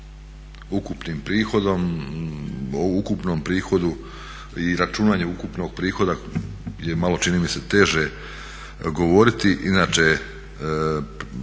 prihodom, o ukupnom prihodu i računanje ukupnog prihoda je malo čini mi se teže govoriti. Inače